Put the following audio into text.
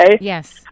Yes